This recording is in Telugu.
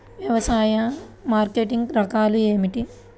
వ్యవసాయ మార్కెటింగ్ రకాలు ఏమిటి?